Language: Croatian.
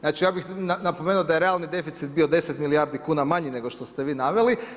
Znači, ja bih napomenuo da je realni deficit bio 10 milijardi kuna manji, nego što ste vi naveli.